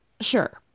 Sure